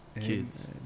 kids